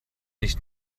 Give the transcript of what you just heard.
nicht